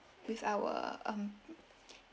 with our um